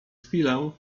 chwilę